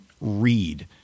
read